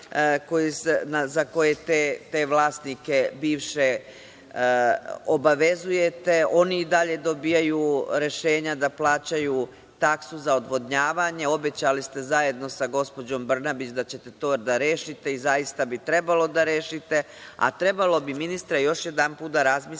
za koje te bivše vlasnike obavezujete. Oni i dalje dobijaju rešenja da plaćaju taksu za odvodnjavanje. Obećali ste zajedno sa gospođom Brnabić da ćete to da rešite i zaista bi trebalo da rešite, a trebalo bi ministre, još jedanput da razmislite,